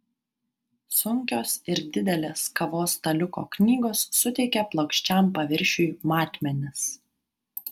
sunkios ir didelės kavos staliuko knygos suteikia plokščiam paviršiui matmenis